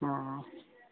অঁ